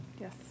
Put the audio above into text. Yes